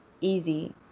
easy